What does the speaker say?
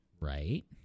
Right